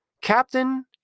Captain